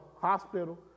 hospital